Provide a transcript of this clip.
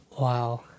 Wow